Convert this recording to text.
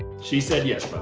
she said yes, but